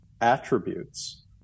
attributes